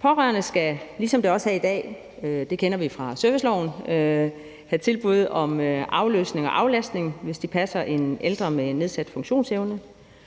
Pårørende skal, ligesom det også er i dag – det kender vi fra serviceloven – have tilbud om afløsning og aflastning, hvis de passer en ældre med nedsat funktionsevne,